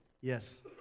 yes